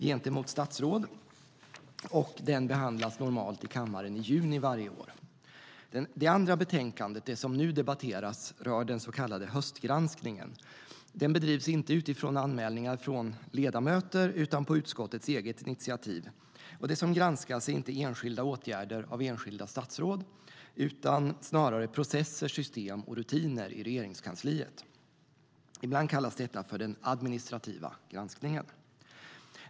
Den behandlas normalt i kammaren i juni varje år. Det andra betänkandet, det som nu debatteras, rör den så kallade höstgranskningen. Den bedrivs inte utifrån anmälningar från ledamöter utan på utskottets eget initiativ, och det som granskas är inte enskilda åtgärder av enskilda statsråd utan snarare processer, system och rutiner i Regeringskansliet. Ibland kallas denna för den administrativa granskningen.